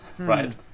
Right